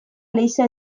leiza